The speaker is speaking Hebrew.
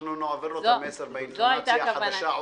אנחנו נעביר לו את המסר באינטונציה חדשה,